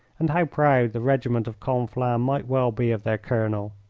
and how proud the regiment of conflans might well be of their colonel.